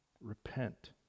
repent